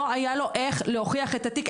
לא היה לו איך להוכיח את התיק.